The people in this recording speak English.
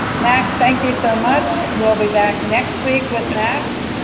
max, thank you so much. we'll be back next week with max.